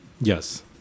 Yes